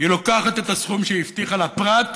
לוקחת את הסכום שהיא הבטיחה לפרט,